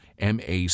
MAC